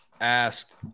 asked